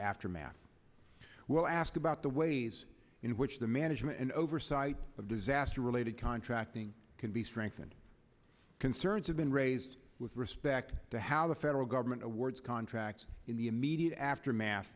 aftermath will ask about the ways in which the management and oversight of disaster related contracting can be strengthened concerns have been raised with respect to how the federal government awards contracts in the immediate aftermath